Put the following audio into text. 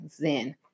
zen